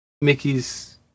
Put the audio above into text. Mickey's